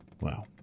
Wow